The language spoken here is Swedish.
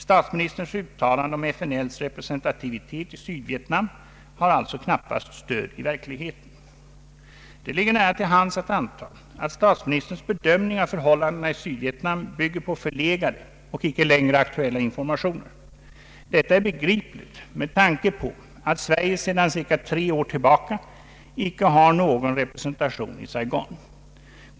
Statsministerns uttalande om FNL:s representativitet i Sydvietnam har alltså knappast stöd i verkligheten. Det ligger nära till hands att anta, att statsministerns bedömning av förhållandena i Sydvietnam bygger på förlegade och icke längre aktuella informationer. Detta är begripligt med tanke på ati Sverige sedan ca tre år tillbaka icke har någon representation i Saigon.